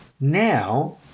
Now